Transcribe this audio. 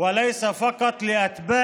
אשר בא כדי להביא